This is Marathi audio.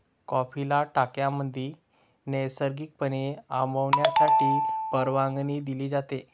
कॉफीला टाक्यांमध्ये नैसर्गिकपणे आंबवण्यासाठी परवानगी दिली जाते